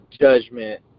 judgment